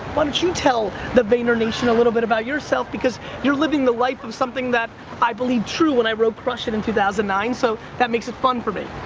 why don't you tell the vayner nation a little bit about yourself, because you're living the life of something that i believe true when i wrote crush it! in two thousand nine, so that makes it fun for me.